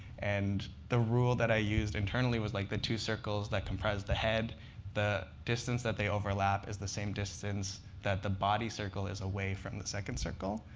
and the rule that i used internally was like the two circles that comprise the head the distance that they overlap is the same distance that the body circle is away from the second circle.